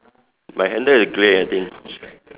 my handle is grey I think